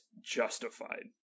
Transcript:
justified